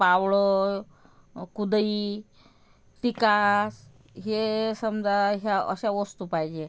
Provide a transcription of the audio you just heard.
फावडं कुदळी टिकास हे समजा ह्या अशा वस्तू पाहिजे